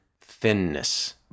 thinness